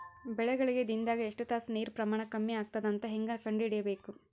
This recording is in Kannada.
ಬೆಳಿಗಳಿಗೆ ದಿನದಾಗ ಎಷ್ಟು ತಾಸ ನೀರಿನ ಪ್ರಮಾಣ ಕಮ್ಮಿ ಆಗತದ ಅಂತ ಹೇಂಗ ಕಂಡ ಹಿಡಿಯಬೇಕು?